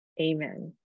Amen